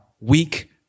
weak